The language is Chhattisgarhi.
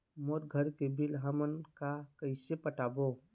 मोर घर के बिल हमन का कइसे पटाबो?